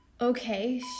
okay